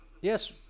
Yes